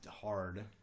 hard